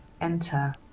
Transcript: enter